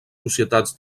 societats